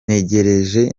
ntegereje